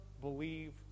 believe